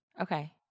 Okay